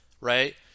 right